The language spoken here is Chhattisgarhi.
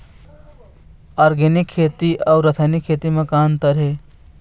ऑर्गेनिक खेती अउ रासायनिक खेती म का अंतर हे?